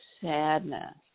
sadness